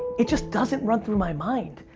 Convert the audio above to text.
it just doesn't run through my mind.